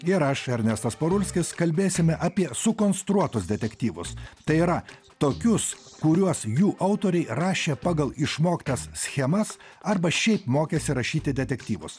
ir aš ernestas parulskis kalbėsime apie sukonstruotus detektyvus tai yra tokius kuriuos jų autoriai rašė pagal išmoktas schemas arba šiaip mokėsi rašyti detektyvus